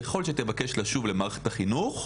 ככל שתבקש לשוב למערכת החינוך,